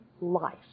life